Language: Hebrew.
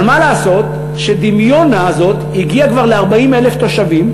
אבל מה לעשות ש"דימיונה" הזאת הגיעה כבר ל-40,000 תושבים,